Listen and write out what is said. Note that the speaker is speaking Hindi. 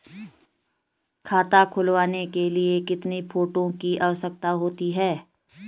खाता खुलवाने के लिए कितने फोटो की आवश्यकता होती है?